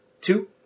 two